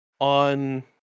on